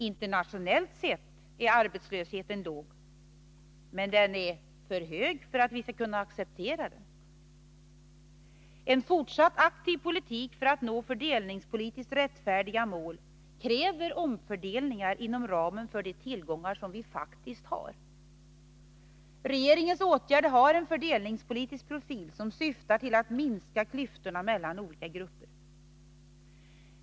Internationellt sett är arbetslösheten låg, men den är för hög för att den skall kunna accepteras. En fortsatt aktiv politik för att nå fördelningspolitiskt rättfärdiga mål kräver omfördelningar inom ramen för de tillgångar vi faktiskt har. Regeringens åtgärder har en fördelningspolitisk profil som syftar till att minska klyftorna mellan olika grupper.